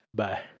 bye